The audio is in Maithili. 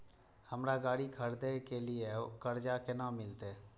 हमरा गाड़ी खरदे के लिए कर्जा केना मिलते?